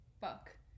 fuck